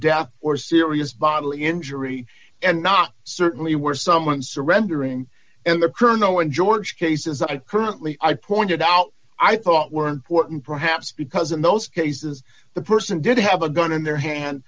death or serious bodily injury and not certainly where someone surrendering and the colonel and george cases i currently i pointed out i thought were important perhaps because in those cases the person did have a gun in their hand